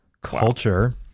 culture